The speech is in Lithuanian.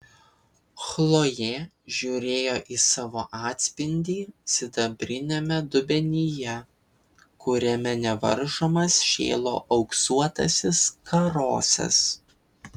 chlojė žiūrėjo į savo atspindį sidabriniame dubenyje kuriame nevaržomas šėlo auksuotasis karosas